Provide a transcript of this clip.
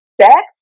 sex